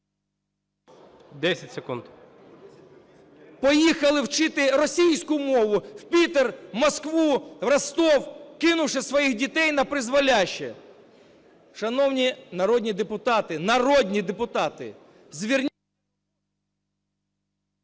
ШАХОВ С.В. … поїхали вчити російську мову в Пітер, Москву, в Ростов, кинувши своїх дітей напризволяще. Шановні народні депутати, народні депутати, зверніть…